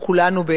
כולנו.